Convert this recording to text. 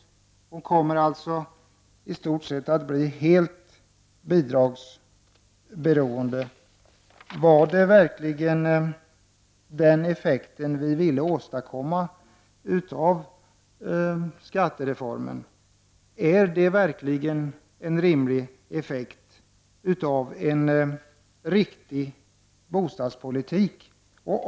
Hon kommer i stort sett att bli helt bidragsberoende. Var det verkligen den effekten vi ville åstadkomma genom skattereformen? Är det verkligen en rimlig effekt av en riktig bostadspolitik?